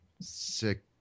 Sick